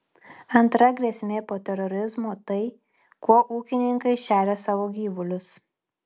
antra grėsmė po terorizmo tai kuo ūkininkai šeria savo gyvulius